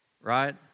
Right